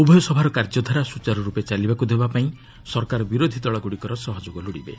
ଉଭୟ ସଭାର କାର୍ଯ୍ୟଧାରା ସୁଚାରୁରୂପେ ଚାଲିବାକୁ ଦେବାପାଇଁ ସରକାର ବିରୋଧିଦଳଗୁଡ଼ିକର ସହଯୋଗ ଲୋଡ଼ିବେ